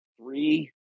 three